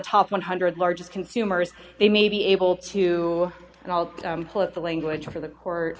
top one hundred largest consumers they may be able to put the language for the court